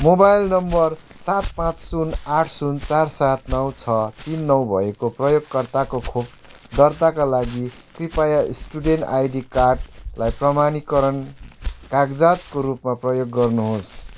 mobile number सात पाँच शून्य आठ शून्य चार सात नौ छ तिन नौ भएको प्रयोगकर्ताको खोप दर्ताका लागि कृपया स्टुडेन्ट आइडी कार्डलाई प्रमाणीकरण कागजातको रूपमा प्रयोग गर्नुहोस्